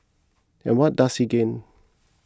and what does he gain